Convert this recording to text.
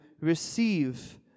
receive